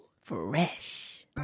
Fresh